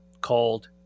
called